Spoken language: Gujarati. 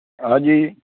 હા જી